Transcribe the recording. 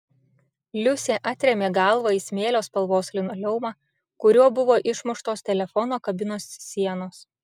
liusė atrėmė galvą į smėlio spalvos linoleumą kuriuo buvo išmuštos telefono kabinos sienos